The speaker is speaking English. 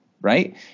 Right